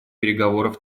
переговоров